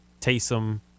Taysom